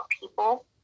people